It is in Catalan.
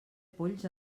polls